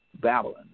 Babylon